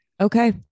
Okay